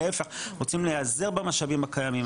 להיפך רוצים להיעזר במשאבים הקיימים,